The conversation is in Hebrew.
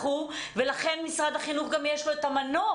לכן למשרד החינוך יש גם המנוף.